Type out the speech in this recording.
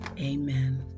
amen